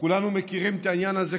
כולנו מכירים את העניין הזה,